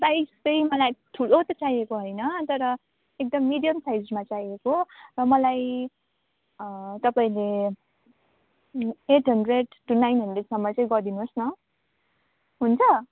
size चाहिँ मलाई ठुलो त चाहिएको होइन तर एकदम मिडियम साइजमा चाहिएको र मलाई तपाईँले एट हन्ड्रेड टू नाइन हन्ड्रेडसम्म चाहिँ गरिदिनुहोस् न हुन्छ